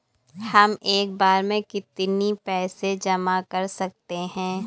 हम एक बार में कितनी पैसे जमा कर सकते हैं?